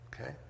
Okay